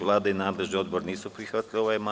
Vlada i nadležni odbor nisu prihvatili ovaj amandman.